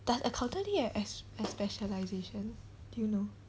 does accountancy has has has specialisation do you know